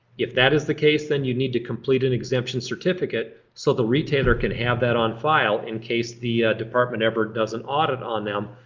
if that is the case then you need to complete an exemption certificate so the retailer can have that on file in case the department ever does an audit on them.